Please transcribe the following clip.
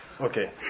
Okay